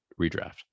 redraft